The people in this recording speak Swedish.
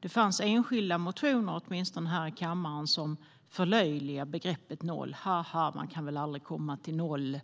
Det fanns enskilda motioner där man förlöjligade begreppet noll. Ha, ha, man kan väl aldrig komma till noll.